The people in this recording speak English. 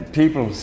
people